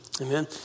Amen